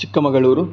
Chikkamagaluru